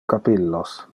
capillos